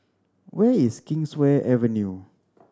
where is Kingswear Avenue